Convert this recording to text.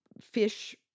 fish